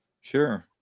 Sure